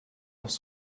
aufs